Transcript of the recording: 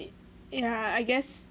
yeah I guess